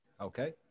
Okay